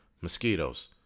Mosquitoes